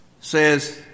says